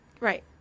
Right